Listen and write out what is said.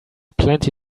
plenty